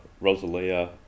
Rosalia